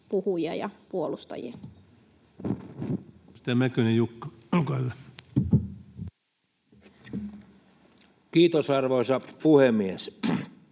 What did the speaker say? puhuja ja puolustajia. Edustaja Mäkynen, Jukka, olkaa hyvä. Kiitos, arvoisa puhemies!